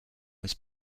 was